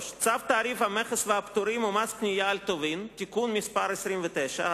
צו תעריף המכס והפטורים ומס קנייה על טובין (תיקון מס' 29),